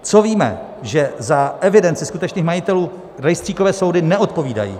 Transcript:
Co víme, je, že za evidenci skutečných majitelů rejstříkové soudy neodpovídají.